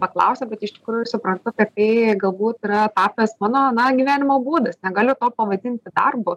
paklausia bet iš tikrųjų suprantu kad tai galbūt yra tapęs mano na gyvenimo būdas negaliu to pavadinti darbu